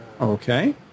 Okay